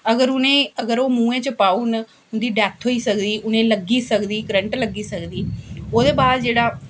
अगर उ'नें अगर ओह् मुहैं च पाई ओड़न उं'दी डैथ होई सकदी उ'नें गी लग्गी सकदी करंट लग्गी सकदी ओह्दे बाद जेह्ड़ा